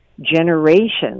generations